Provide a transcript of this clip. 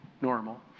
normal